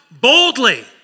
boldly